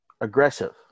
aggressive